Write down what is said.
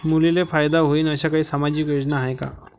मुलींले फायदा होईन अशा काही सामाजिक योजना हाय का?